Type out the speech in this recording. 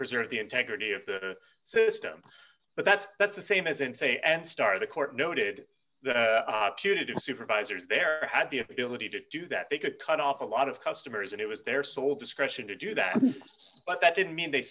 preserve the integrity of the system but that's that's the same as in say and start of the court noted that punitive supervisors there had the ability to do that they could cut off a lot of customers and it was their sole discretion to do that but that didn't mean they